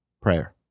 prayer